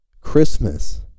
Christmas